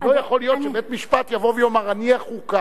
לא יכול להיות שבית-משפט יבוא ויאמר: אני החוקה,